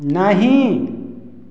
नहीं